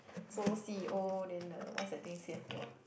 so C_E_O then uh what's that thing C_F_O ah